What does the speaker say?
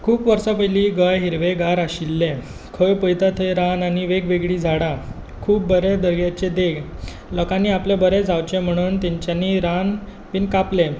खूब वर्सां पयलीं गोंय हिरवेंगार आशिल्लें खंय पळयता थंय रान आनी वेगवेगळीं झाडां खूब बरें दर्याचे देग लोकांनी आपलें बरें जावचें म्हणून तेंच्यांनी रान बी कापलें